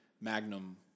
magnum